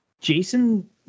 Jason